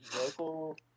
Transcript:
local